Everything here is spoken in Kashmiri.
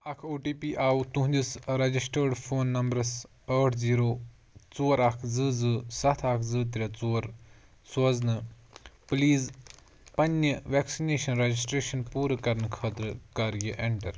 اکھ او ٹی پی آو تُہنٛدِس رجسٹٲڑ فون نمبرَس ٲٹھ زیٖرو ژور اکھ زٕ زٕ ستھ اکھ زٕ ترٛےٚ ژور سوزنہٕ، پلیٖز پنٕنہِ ویکسِنیشن رجسٹریشن پوٗرٕ کرنہٕ خٲطرٕ کر یہِ اینٹر